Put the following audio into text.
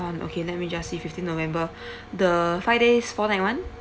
[one] okay let me just see fifteen november the five days four night [one]